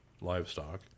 livestock